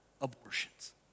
abortions